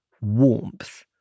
warmth